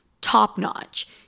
top-notch